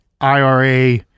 IRA